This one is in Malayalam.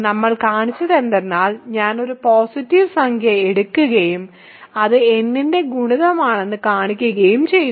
നമ്മൾ കാണിച്ചതെന്തെന്നാൽ ഞാനൊരു പോസിറ്റീവ് സംഖ്യ എടുക്കുകയും അത് n എന്നതിന്റെ ഗുണിതമാണെന്ന് കാണിക്കുകയും ചെയ്തു